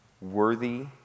worthy